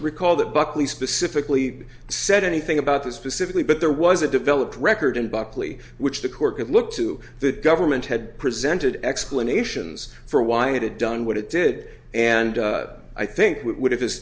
recall that buckley specifically said anything about this specifically but there was a developed record in buckley which the court could look to the government had presented explanations for why it had done what it did and i think w